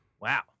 wow